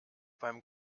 beim